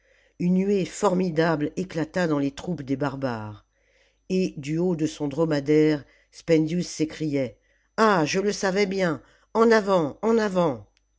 une huée formidable éclata dans les troupes des barbares et du haut de son dromadaire spendius s'écriait ah je le savais bien en avant en avant